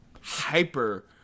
hyper